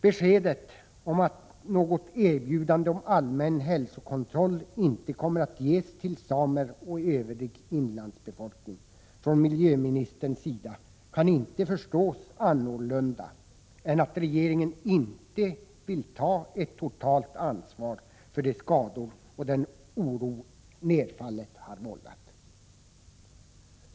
Beskedet från miljöministern om att något erbjudande om allmän hälsokontroll inte kommer att ges till samer och övrig inlandsbefolkning kan inte förstås på annat sätt än att regeringen inte vill ta ett totalt ansvar för de skador och den oro som nedfallet har vållat.